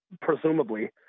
presumably